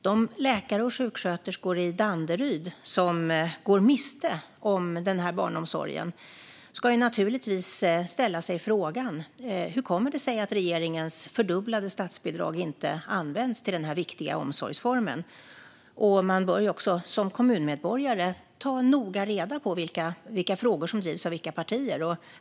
De läkare och sjuksköterskor i Danderyd som går miste om denna barnsomsorg ska givetvis ställa sig frågan: Hur kommer det sig att regeringens fördubblade statsbidrag inte används till denna viktiga omsorgsform? Man bör också som kommunmedborgare ta noga reda på vilka frågor som drivs av vilka partier.